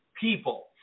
people